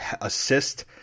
assist